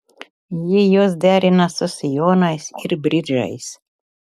ji juos derina su sijonais ir bridžais